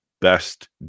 best